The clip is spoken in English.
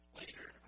later